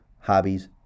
hobbies